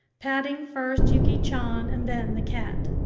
patting first yuki chan and then the cat.